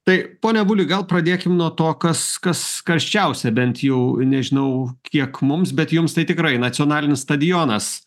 tai pone avuli gal pradėkim nuo to kas kas karščiausia bent jau nežinau kiek mums bet jums tai tikrai nacionalinis stadionas